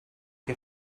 che